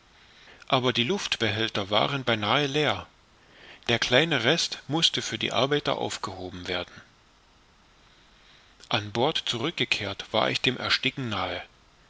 aber die luftbehälter waren beinahe leer der kleine rest mußte für die arbeiter aufgehoben werden an bord zurück gekehrt war ich dem ersticken nahe